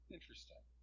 Interesting